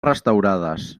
restaurades